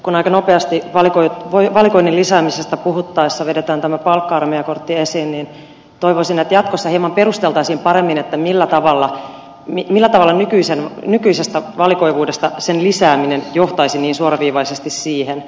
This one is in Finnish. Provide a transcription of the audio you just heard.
kun aika nopeasti valikoinnin lisäämisestä puhuttaessa vedetään tämä palkka armeijakortti esiin niin toivoisin että jatkossa perusteltaisiin hieman paremmin millä tavalla nykyisen valikoivuuden lisääminen johtaisi niin suoraviivaisesti siihen